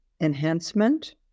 enhancement